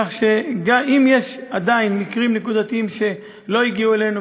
כך שאם יש עדיין מקרים נקודתיים שלא הגיעו אלינו,